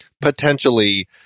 potentially